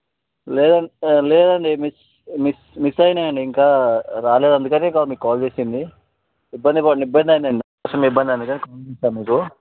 లేదంటే లేదండి miss miss miss అయ్యాయండి ఇంకా రాలేదు అందుకనేగా మీకు కాల్ చేసింది ఇబ్బంది పడి ఇబ్బంది అయ్యిందండి మస్తు ఇబ్బందయింది అందుకని కాల్ చేసాను మీకు